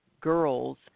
girls